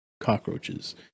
cockroaches